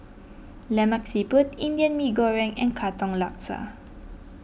Lemak Siput Indian Mee Goreng and Katong Laksa